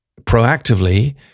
proactively